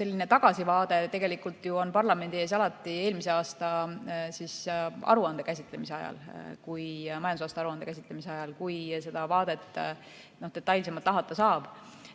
selline tagasivaade tegelikult ju on parlamendi ees alati eelmise aasta majandusaasta aruande käsitlemise ajal, kui seda vaadet detailsemalt lahata saab.